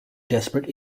desperate